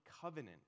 covenant